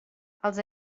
els